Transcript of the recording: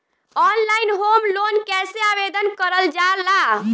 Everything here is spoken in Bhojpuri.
ऑनलाइन होम लोन कैसे आवेदन करल जा ला?